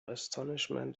astonishment